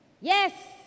Yes